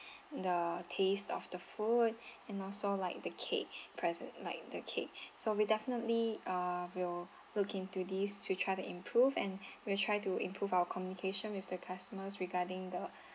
the taste of the food and also like the cake present like the cake so we definitely uh will look into these we're to improve and we'll try to improve our communication with the customers regarding the